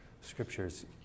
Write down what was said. Scripture's